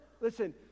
listen